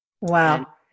Wow